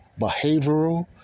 behavioral